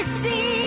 see